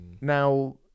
Now